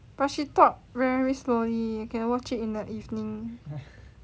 but she talk very slowly can watch it in the evening